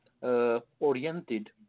oriented